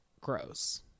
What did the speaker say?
gross